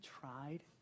tried